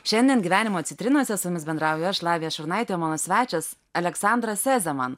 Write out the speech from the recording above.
šiandien gyvenimo citrinose su jumis bendrauju aš lavija šurnaitė mano svečias aleksandras sezeman